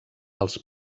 els